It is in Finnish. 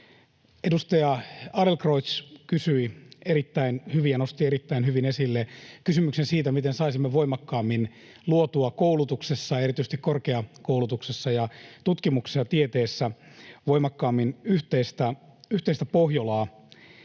erittäin hyvin ja nosti erittäin hyvin esille kysymyksen siitä, miten saisimme voimakkaammin luotua koulutuksessa, erityisesti korkeakoulutuksessa ja tutkimuksessa ja tieteessä, yhteistä Pohjolaa.